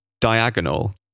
diagonal